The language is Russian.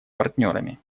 партнерами